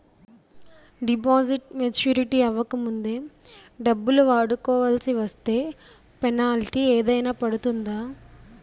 Deposit maturity అవ్వక ముందే డబ్బులు వాడుకొవాల్సి వస్తే పెనాల్టీ ఏదైనా పడుతుందా?